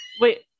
wait